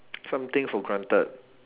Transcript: something for granted